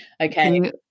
okay